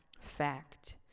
fact